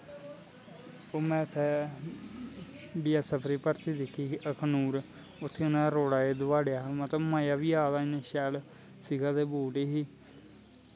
इयां असैं B S F दी भर्थी दिक्खी ही अखनूर उत्थें रोड़ा च दड़ाया हा ते मज़ा बी आया हा शैल सिला दे बूट ही